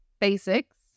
basics